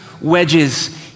wedges